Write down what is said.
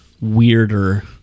weirder